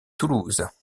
toulouse